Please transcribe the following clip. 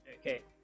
Okay